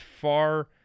far